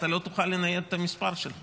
אתה לא תוכל לנייד את המספר שלך